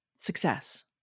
Success